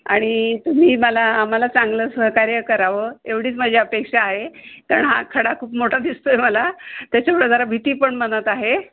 आणि तुम्ही मला आम्हाला चांगलं सहकार्य करावं एवढीच माझी अपेक्षा आहे कारण हा खडा खूप मोठा दिसतो आहे मला त्याच्यामुळं जरा भिती पण मनात आहे